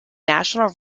national